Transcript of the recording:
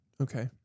Okay